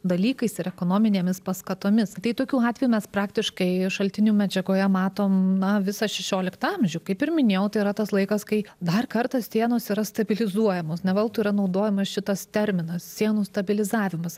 dalykais ir ekonominėmis paskatomis tai tokių atvejų mes praktiškai šaltinių medžiagoje matom na visą šešioliktą amžių kaip ir minėjau tai yra tas laikas kai dar kartą sienos yra stabilizuojamos ne veltui yra naudojamas šitas terminas sienų stabilizavimas